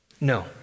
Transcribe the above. No